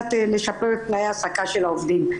על-מנת לשפר את תנאי העסקה של העובדים.